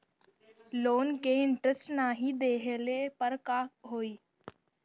Loan के interest नाही देहले पर का होई?